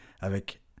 avec